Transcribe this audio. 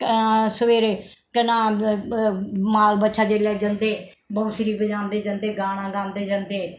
सबेरे केह् नां माल बच्छा जेल्लै जंदे बौं सरी बजांदे जंदे गाना गांदे जंदे